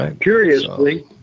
Curiously